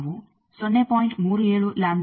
ಮಿನಿಮವು 0